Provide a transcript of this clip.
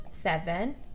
Seven